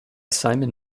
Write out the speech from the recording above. simon